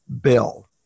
Bill